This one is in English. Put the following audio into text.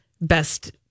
best